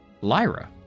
Lyra